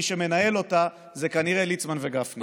מי שמנהל אותה זה כנראה ליצמן וגפני.